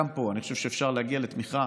גם פה אני חושב שהיה אפשר להגיע לתמיכה,